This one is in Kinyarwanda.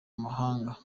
muhanda